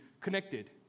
connected